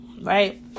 right